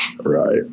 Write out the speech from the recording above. Right